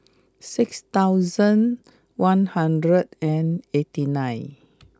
six thousand one hundred and eighty nine